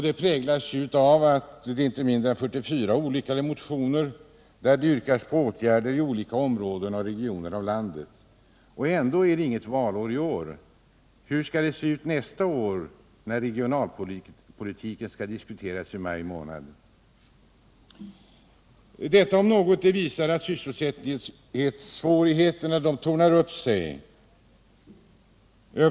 Det framgår av att det i inte mindre än 44 olika motioner yrkas på åtgärder i olika regioner av landet. Ändå är det inget valår i år. Hur skall det se ut nästa år när regionalpolitiken diskuteras i maj månad? Detta om något visar att sysselsättningssvårigheterna tornar upp sig.